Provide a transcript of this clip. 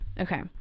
Okay